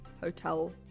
hotel